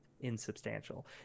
insubstantial